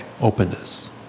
openness